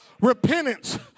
Repentance